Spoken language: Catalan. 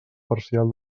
parcial